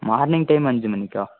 morning time அஞ்சு மணிக்கா